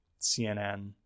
CNN